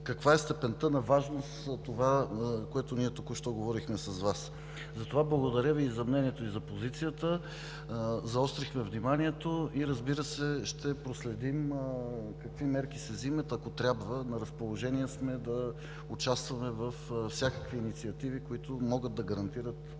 каква е степента на важност това, което ние току-що говорихме с Вас. Благодаря Ви за мнението и за позицията. Заострихме вниманието и, разбира се, ще проследим какви мерки се взимат. Ако трябва, на разположение сме, за да участваме във всякакви инициативи, които могат да гарантират